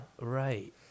Right